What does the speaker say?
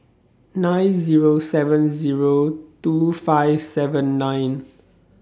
nine Zero seven Zero two five seven nine